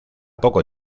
poco